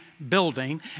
building